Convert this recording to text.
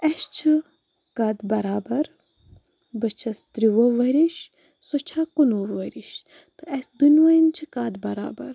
اسہِ چھِ قَد بَرابَر بہٕ چھَس ترٛووُہ ؤرِش سۄ چھِ کُنوُہ ؤرِش تہٕ اسہِ دۄنوَنۍ چھِ قَد بَرابَر